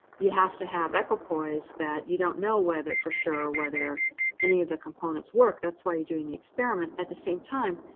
you have to have equipoise that you don't know for sure whether any of the components work. that's why you're doing the experiment. at the same time,